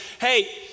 Hey